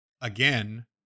again